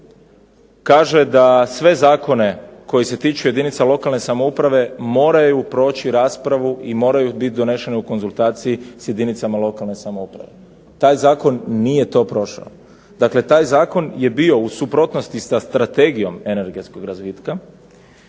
kaže da sve zakone koji se tiču jedinica lokalne samouprave moraju proći raspravu i moraju biti donesene u konzultaciji s jedinicama lokalne samouprave. Taj zakon nije to prošao. Dakle, taj zakon je bio u suprotnosti sa Strategijom energetskog razvita,